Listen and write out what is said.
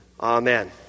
Amen